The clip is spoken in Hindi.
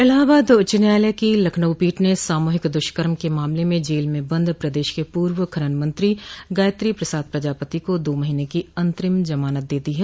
इलाहाबाद उच्च न्यायालय की लखनऊ पीठ ने सामूहिक द्ष्कर्म क मामले में जेल में बंद प्रदेश के पूर्व खनन मंत्री गायत्री प्रसाद प्रजापति को दो महीने की अंतरिम जमानत दे दी है